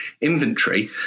inventory